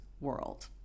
world